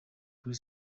kuri